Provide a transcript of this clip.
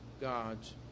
God's